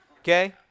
Okay